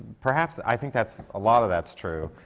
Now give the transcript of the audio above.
perhaps i think that's a lot of that's true.